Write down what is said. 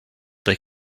they